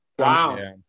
Wow